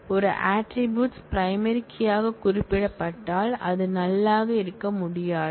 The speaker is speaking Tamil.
ஒரு ஆட்ரிபூட்ஸ் பிரைமரி கீ யாக குறிப்பிடப்பட்டால் அது நல் ஆக இருக்க முடியாது